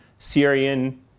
Syrian